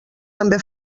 també